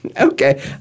Okay